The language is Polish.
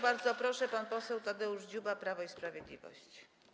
Bardzo proszę, pan poseł Tadeusz Dziuba, Prawo i Sprawiedliwość.